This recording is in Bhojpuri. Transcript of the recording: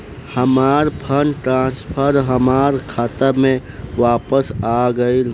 हमार फंड ट्रांसफर हमार खाता में वापस आ गइल